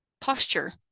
posture